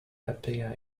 appear